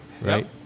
Right